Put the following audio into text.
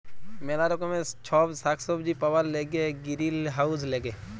ম্যালা রকমের ছব সাগ্ সবজি পাউয়ার ল্যাইগে গিরিলহাউজ ল্যাগে